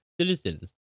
citizens